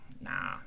nah